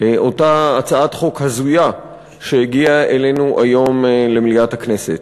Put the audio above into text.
אותה הצעת חוק הזויה שהגיעה אלינו היום למליאת הכנסת.